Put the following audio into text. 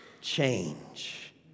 change